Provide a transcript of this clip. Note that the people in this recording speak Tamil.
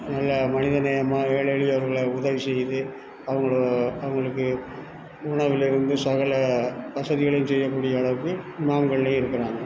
நல்ல மனித நேயமாக ஏழை எளியவர்களை உதவி செய்து அவங்களை அவங்களுக்கு உணவிலேருந்து சகல வசதிகளையும் செய்ய கூடிய அளவுக்கு இமாம்கலேயும் இருக்கிறாங்க